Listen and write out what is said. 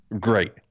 Great